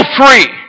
free